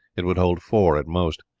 it would hold four at most.